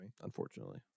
Unfortunately